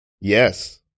Yes